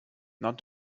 not